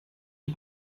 you